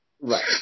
Right